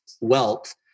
wealth